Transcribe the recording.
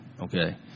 Okay